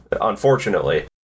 unfortunately